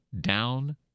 down